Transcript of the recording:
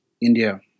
India